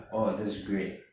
oh that's great